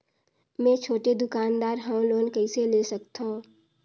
मे छोटे दुकानदार हवं लोन कइसे ले सकथव?